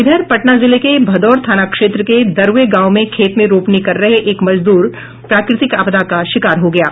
इधर पटना जिले के भदौर थाना क्षेत्र के दरवे गांव में खेत में रोपणी कर रहे एक मजदूर प्राकृतिक आपदा के शिकार हो गये